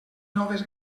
noves